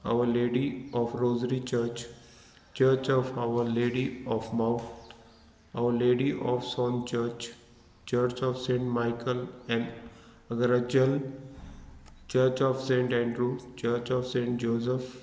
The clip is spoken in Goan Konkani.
our lady of rosary church church of our lady of mount lady of snows church church of saint Michael and अगरजल church of saint Andrew church of saint Joseph